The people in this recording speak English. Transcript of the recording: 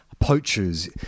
poachers